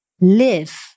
live